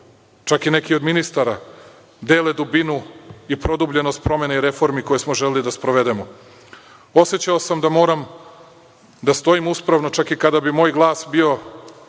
čak i neki od ministara, deli dubinu i produbljenost promene i reformi koje smo želeli da sprovedemo. Osećao sam da moram da stojim uspravno čak i kada bi moj glas bio